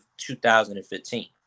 2015